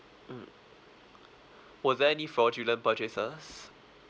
mm was there any fraudulent purchases